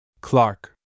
Clark